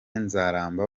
nzaramba